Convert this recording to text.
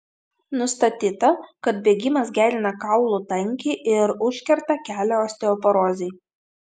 nustatyta kad bėgimas gerina kaulų tankį ir užkerta kelią osteoporozei